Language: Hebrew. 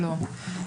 שלום.